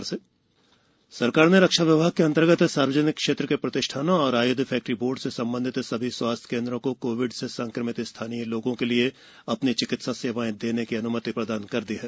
Rajnath Covid सरकार ने रक्षा विभाग के अंतर्गत सार्वजनिक क्षेत्र के प्रतिष्ठानों और आयुध फैक्टरी बोर्ड से संबंधित सभी स्वास्थ्य केन्द्रों को कोविड से संक्रमित स्थानीय लोगों को चिकित्सा सेवाएं देने की अन्मति प्रदान कर दी हैं